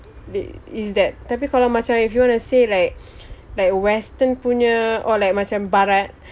the is that tapi kalau macam if you want to say like like western punya or like macam barat